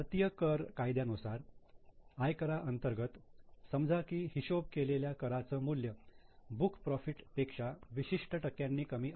भारतीय कर कायद्यानुसार आयकरा अंतर्गत समजा की हिशोब केलेल्या कराच मूल्य बुक प्रॉफिट पेक्षा विशिष्ट टक्क्यांनी कमी आहे